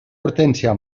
hortensia